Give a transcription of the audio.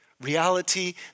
Reality